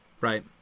right